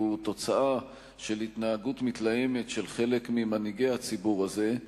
והוא תוצאה של התנהגות מתלהמת של חלק ממנהיגי הציבור הזה,